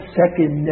second